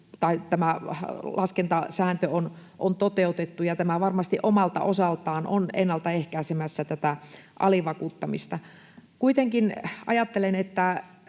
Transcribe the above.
tämä laskentasääntö on toteutettu, ja tämä varmasti omalta osaltaan on ennalta ehkäisemässä tätä alivakuuttamista. Kuitenkin ajattelen, että